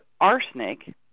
arsenic